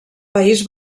país